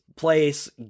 place